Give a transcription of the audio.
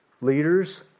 Leaders